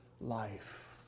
life